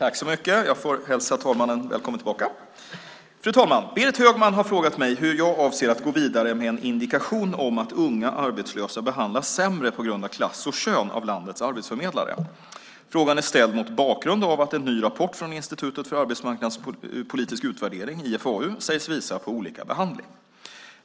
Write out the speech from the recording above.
Fru talman! Berit Högman har frågat mig hur jag avser att gå vidare med en indikation om att unga arbetslösa behandlas sämre på grund av klass och kön av landets arbetsförmedlare. Frågan är ställd mot bakgrund av att en ny rapport från Institutet för arbetsmarknadspolitisk utvärdering, IFAU, sägs visa på olika behandling.